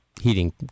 heating